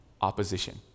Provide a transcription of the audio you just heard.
opposition